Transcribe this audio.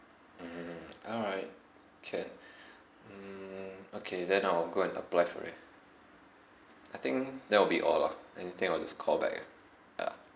mm alright can mm okay then I'll go and apply for it I think that will be all lah anything I will just call back ah ya